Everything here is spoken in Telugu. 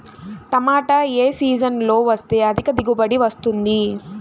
టమాటా ఏ సీజన్లో వేస్తే అధిక దిగుబడి వస్తుంది?